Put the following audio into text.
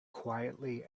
quietly